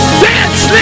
dance